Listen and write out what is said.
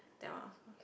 there are also